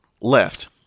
left